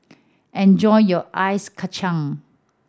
enjoy your Ice Kachang